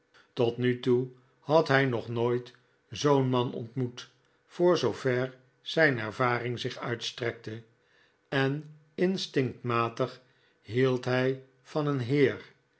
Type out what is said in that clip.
tot nu toe had hij nog nooit zoo'n man ontmoet voor zoover zijn ervaring zich uitstrekte en instinctmatig hield hij van een heer